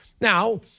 Now